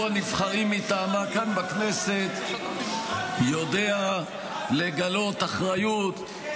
הנבחרים מטעמה כאן בכנסת יודע לגלות אחריות,